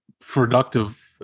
productive